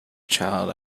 child